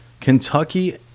Kentucky